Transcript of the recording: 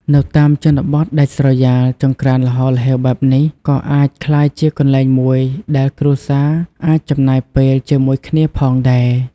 នៅតាមជនបទដាច់ស្រយាល ចង្រ្កានល្ហល្ហេវបែបនេះក៏អាចក្លាយជាកន្លែងមួយដែលគ្រួសារអាចចំណាយពេលជាមួយគ្នាផងដែរ។